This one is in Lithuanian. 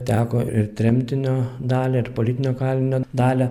teko ir tremtinio dalią ir politinio kalinio dalią